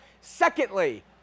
Secondly